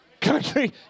country